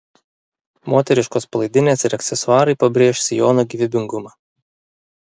moteriškos palaidinės ir aksesuarai pabrėš sijono gyvybingumą